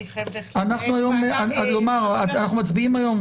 אני חייבת ללכת לנהל ועדה --- אנחנו מצביעים היום,